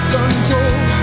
untold